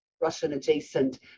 Russian-adjacent